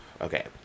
okay